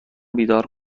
بیدار